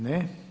Ne.